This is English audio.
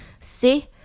See